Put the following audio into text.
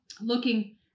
Looking